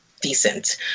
decent